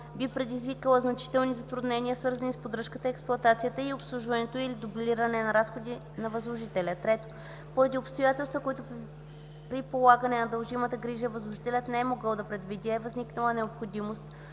би предизвикала значителни затруднения, свързани с поддръжката, експлоатацията и обслужването или дублиране на разходи на възложителя; 3. поради обстоятелства, които при полагане на дължимата грижа възложителят не е могъл да предвиди, е възникнала необходимост